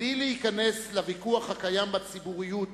"בלי להיכנס לוויכוח הקיים בציבוריות